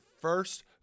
first